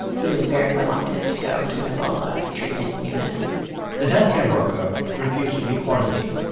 he was very reluctant to go to an ebola treatment unit the health care worker refused to be quarantined.